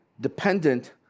dependent